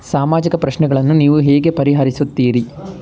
ಸಾಮಾಜಿಕ ಪ್ರಶ್ನೆಗಳನ್ನು ನೀವು ಹೇಗೆ ಪರಿಹರಿಸುತ್ತೀರಿ?